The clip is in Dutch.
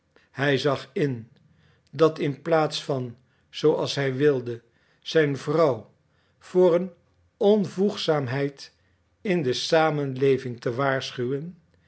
hij zag in dat in plaats van zooals hij wilde zijn vrouw voor een onvoegzaamheid in de samenleving te waarschuwen